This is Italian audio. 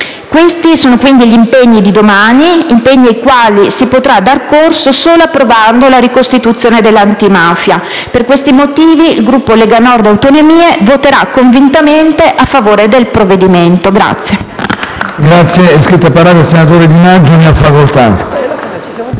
Questi sono quindi gli impegni di domani, ai quali si potrà dar corso solo approvando la ricostituzione della Commissione antimafia. Per questi motivi il Gruppo Lega Nord e Autonomie voterà convintamente a favore del provvedimento.*(Applausi